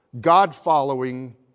God-following